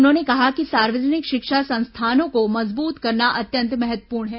उन्होंने कहा कि सार्वजनिक शिक्षा संस्थानों को मजबूत करना अत्यंत महत्वपूर्ण है